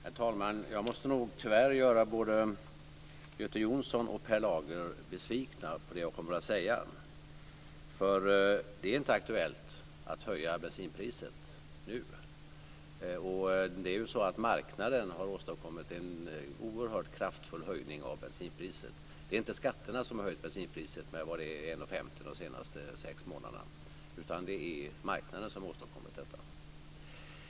Herr talman! Jag måste tyvärr göra både Göte Jonsson och Per Lager besvikna med det jag kommer att säga. Det är inte aktuellt att höja bensinpriset nu. Marknaden har åstadkommit en oerhört kraftfull höjning av bensinpriset. Det är inte skatterna som höjt bensinpriset med 1:50 kr de senaste sex månaderna, utan det är marknaden som åstadkommit detta.